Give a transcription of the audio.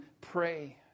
pray